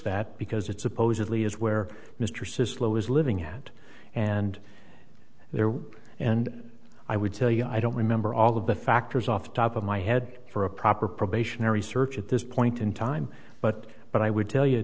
that because it's supposedly is where mr sisler was living at and there were and i would tell you i don't remember all the factors off top of my head for a proper probationary search at this point in time but but i would tell you